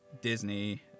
Disney